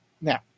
Now